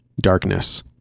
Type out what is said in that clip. darkness